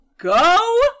Go